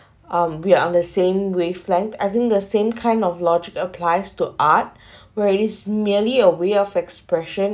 um we're on the same wavelength I think the same kind of logic applies to art where it is merely a way of expression